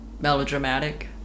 melodramatic